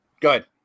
good